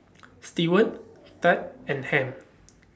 Steward Thad and Ham